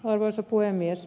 arvoisa puhemies